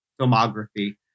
Filmography